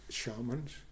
shamans